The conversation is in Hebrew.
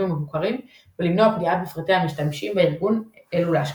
המבוקרים ולמנוע פגיעה בפרטי המשתמשים בארגונים אלו להשקעה.